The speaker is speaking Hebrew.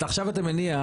עכשיו אתה מניח,